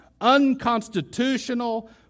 unconstitutional